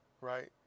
right